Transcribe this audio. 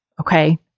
okay